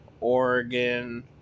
Oregon